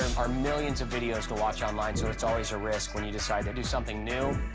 are millions of videos to watch online, so it's always a risk when you decide to do something new.